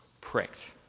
pricked